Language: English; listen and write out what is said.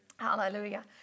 Hallelujah